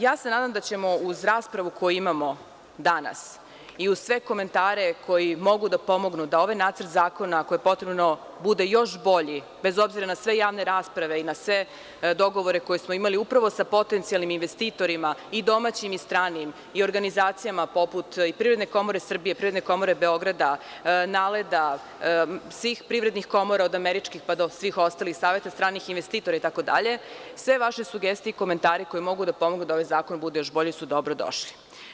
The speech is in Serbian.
Ja se nadam da ćemo uz raspravu koju imamo danas i uz sve komentare koji mogu da pomognu da ovaj nacrt zakona koji je potrebno bude još bolji bez obzira na sve javne rasprave i na sve dogovore koje smo imali upravo sa potencijalnim investitorima i domaćim i stranim i organizacijama poput Privredne komore Srbije, Privredne komore Beograda, Naleda, svih privrednih komora od američkih i svih ostalih, saveta stranih investitora itd, sve vaše sugestije i komentare koji mogu da pomognu da ovaj zakon bude još bolji su dobrodošli.